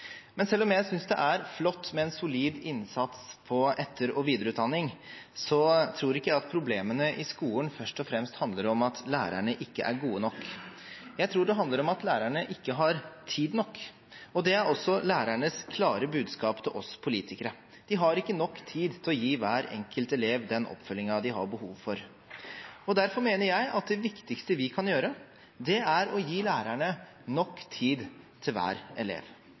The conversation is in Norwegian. men selv om jeg synes det er flott med en solid innsats på etter- og videreutdanning, tror ikke jeg at problemene i skolen først og fremst handler om at lærerne ikke er gode nok. Jeg tror det handler om at lærerne ikke har tid nok, og det er også lærernes klare budskap til oss politikere: De har ikke nok tid til å gi hver enkelt elev den oppfølgingen de har behov for. Derfor mener jeg at det viktigste vi kan gjøre, er å gi lærerne nok tid til hver elev.